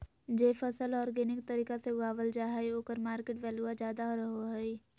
जे फसल ऑर्गेनिक तरीका से उगावल जा हइ ओकर मार्केट वैल्यूआ ज्यादा रहो हइ